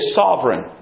sovereign